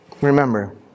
remember